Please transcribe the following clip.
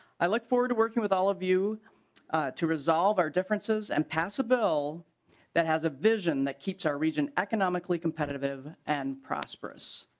i look forward to working with all of you to resolve our differences and pass a bill that has a vision that keeps our region economically competitive and prosperous.